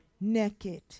naked